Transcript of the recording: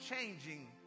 changing